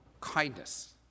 kindness